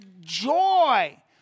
joy